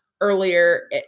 earlier